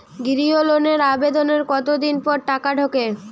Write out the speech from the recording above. গৃহ লোনের আবেদনের কতদিন পর টাকা ঢোকে?